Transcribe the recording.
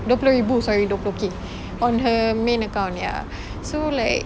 dua puluh ribu sorry dua puluh K on her main account ya so like